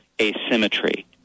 asymmetry